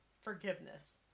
forgiveness